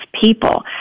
people